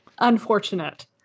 unfortunate